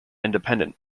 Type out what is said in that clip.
independent